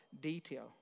detail